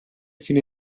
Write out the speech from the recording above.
fino